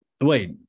Wait